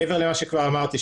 מעבר למה שכבר אמרתי,